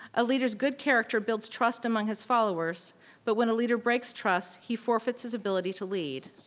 a leader's good character builds trust among his followers but when a leader breaks trust, he forfeits his ability to lead.